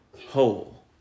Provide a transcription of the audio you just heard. whole